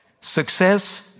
Success